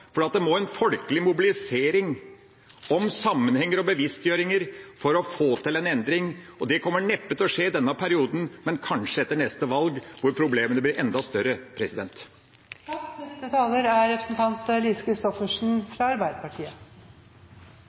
må en folkelig mobilisering til om sammenhenger og bevisstgjøringer for å få til en endring. Det kommer neppe til å skje i denne perioden, men kanskje etter neste valg, hvor problemene blir enda større. Det er for så vidt interessant i seg selv at denne debatten ser ut til å avsluttes av to representanter fra